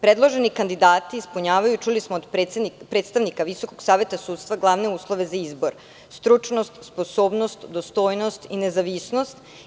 Predloženi kandidati ispunjavaju, čuli smo od predstavnika Visokog saveta sudstva, glavne uslove za izbor: stručnost, sposobnost, dostojnost i nezavisnost.